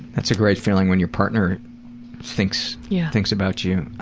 that's a great feeling when your partner thinks yeah thinks about you.